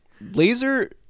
Laser